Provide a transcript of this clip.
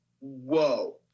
whoa